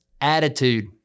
attitude